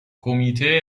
کمیته